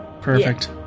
Perfect